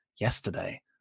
yesterday